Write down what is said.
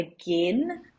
again